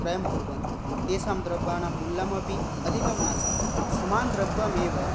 क्रयं कुर्वन्ति तेषां द्रव्याणां नां मूल्यमपि अधिकं नास्ति समानद्रव्यमेव